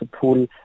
pull